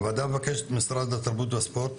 הוועדה מבקשת ממשרד התרבות והספורט,